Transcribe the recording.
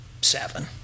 seven